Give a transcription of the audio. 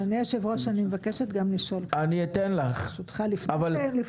אני מציע לשמוע את המשטרה כי אני חושב שחלק גדול מהמענים